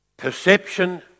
Perception